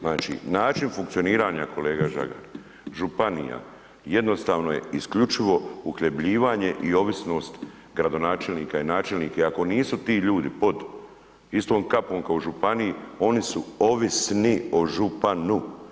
Znači način funkcioniranja kolega Žagar županije jednostavno je isključivo uhljebljivanje i ovisnost gradonačelnika i načelnika i ako nisu ti ljudi pod istom kapom kao u županiji oni su ovisni o županu.